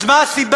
אז מה הסיבה